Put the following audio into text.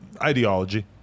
Ideology